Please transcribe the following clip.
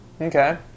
okay